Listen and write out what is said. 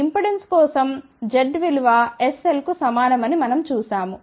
impedance కోసం Z విలువ sL కు సమానమని మనం చూశాము